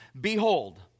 Behold